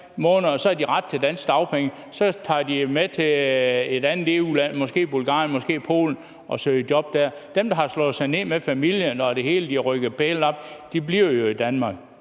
måneder, og så har de ret til danske dagpenge. Så tager de dem med til et andet EU-land, måske Bulgarien, måske Polen, og søger job der. Dem, der har slået sig ned med familien og det hele, har rykket pælene op; de bliver jo i Danmark.